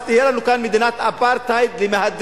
אז תהיה לנו כאן מדינת אפרטהייד למהדרין.